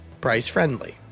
price-friendly